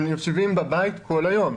הם יושבים בבית כל היום.